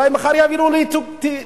אולי מחר יעבירו לי חוקים.